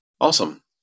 Awesome